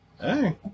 hey